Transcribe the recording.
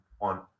on